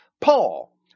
Paul